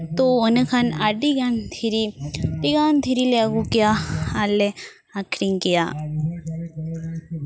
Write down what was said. ᱛᱚ ᱤᱱᱟᱹ ᱠᱷᱟᱱ ᱟᱹᱰᱤ ᱜᱟᱱ ᱫᱷᱤᱨᱤ ᱟᱹᱰᱤ ᱜᱟᱱ ᱫᱷᱤᱨᱤᱞᱮ ᱟᱹᱜᱩ ᱠᱮᱭᱟ ᱟᱨ ᱞᱮ ᱟᱠᱷᱨᱤᱧ ᱠᱮᱭᱟ